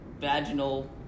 vaginal